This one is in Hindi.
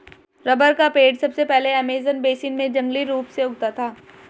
रबर का पेड़ सबसे पहले अमेज़न बेसिन में जंगली रूप से उगता था